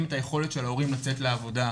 את היכולת של ההורים לצאת לעבודה.